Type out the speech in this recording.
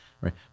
right